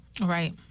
Right